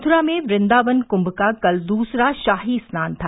मथुरा में वृन्दावन कृम का कल द्सरा शाही स्नान था